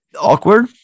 Awkward